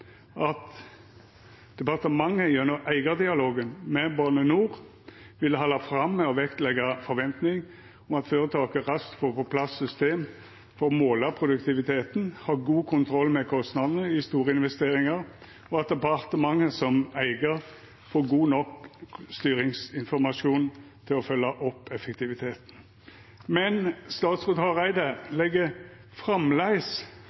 at departementet gjennom eigardialogen med Bane NOR vil halda fram med å vektleggja forventingar om at føretaket raskt får på plass system for å måla produktiviteten og ha god kontroll med kostnadene i store investeringar, og at departementet som eigar får god nok styringsinformasjon til å følgja opp effektiviteten. Men statsråd Hareide legg framleis